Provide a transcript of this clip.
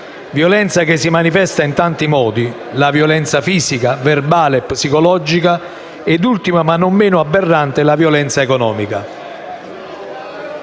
Violenza che si manifesta in tanti modi: la violenza fisica, verbale, psicologica ed ultima ma non meno aberrante, la violenza economica.